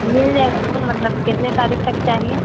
مل جائے گا وہ مطلب کتنے تاریخ تک چاہیے